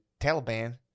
Taliban